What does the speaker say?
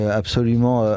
absolument